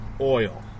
oil